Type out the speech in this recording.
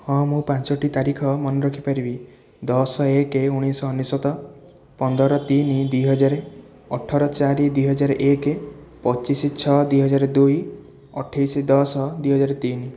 ହଁ ମୁଁ ପାଞ୍ଚଟି ତାରିଖ ମନେ ରଖି ପାରିବି ଦଶ ଏକ ଉଣେଇଶ ଅନେଶତ ପନ୍ଦର ତିନି ଦୁଇ ହଜାର ଅଠର ଚାରି ଦୁଇ ହଜାର ଏକ ପଚିଶ ଛଅ ଦୁଇ ହଜାର ଦୁଇ ଅଠେଇଶ ଦଶ ଦୁଇ ହଜାରେ ତିନି